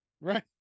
Right